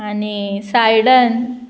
आनी सायडन